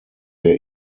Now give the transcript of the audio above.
wir